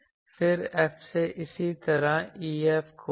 फिर F से इसी तरह EF खोजें